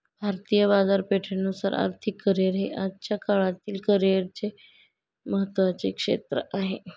भारतीय बाजारपेठेनुसार आर्थिक करिअर हे आजच्या काळातील करिअरचे महत्त्वाचे क्षेत्र आहे